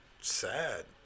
sad